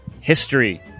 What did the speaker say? history